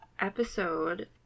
episode